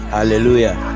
Hallelujah